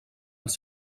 els